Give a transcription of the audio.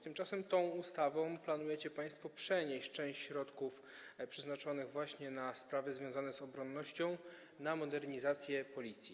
Tymczasem tą ustawą planujecie państwo przenieść część środków przeznaczonych właśnie na sprawy związane z obronnością na modernizację Policji.